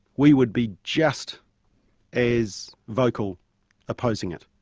we would be just as vocal opposing it.